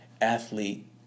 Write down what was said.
athlete